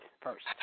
first